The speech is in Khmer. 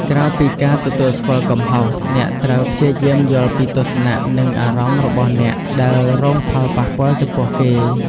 ក្រៅពីការទទួលស្គាល់កំហុស អ្នកត្រូវព្យាយាមយល់ពីទស្សនៈ និងអារម្មណ៍របស់អ្នកដែលរងផលប៉ះពាល់ចំពោះគេ។